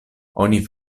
oni